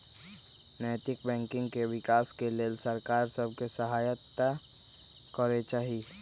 नैतिक बैंकिंग के विकास के लेल सरकार सभ के सहायत करे चाही